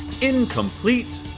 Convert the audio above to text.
Incomplete